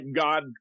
God